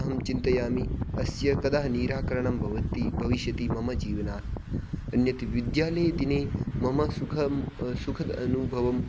अहं चिन्तयामि अस्य कदा निराकरणं भवति भविष्यति मम जीवनात् अन्यत् विद्यालये दिने मम सुखं सुख अनुभवं